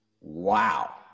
Wow